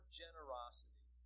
generosity